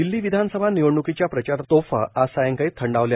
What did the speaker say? दिल्ली विधानसभा निवडणूकीच्या प्रचार तोफा आज सायंकाळी थंडावल्या